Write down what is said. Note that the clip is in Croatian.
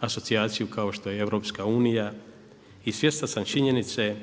asocijaciju kao što je EU. I svjestan sam činjenice